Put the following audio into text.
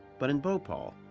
but in bhopal,